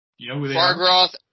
Fargroth